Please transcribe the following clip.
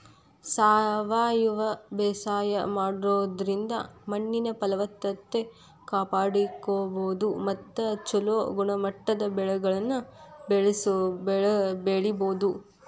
ಸಾವಯವ ಬೇಸಾಯ ಮಾಡೋದ್ರಿಂದ ಮಣ್ಣಿನ ಫಲವತ್ತತೆ ಕಾಪಾಡ್ಕೋಬೋದು ಮತ್ತ ಚೊಲೋ ಗುಣಮಟ್ಟದ ಬೆಳೆಗಳನ್ನ ಬೆಳಿಬೊದು